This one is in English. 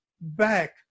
back